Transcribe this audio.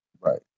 Right